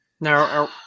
Now